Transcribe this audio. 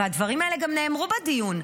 והדברים האלה גם נאמרו בדיון.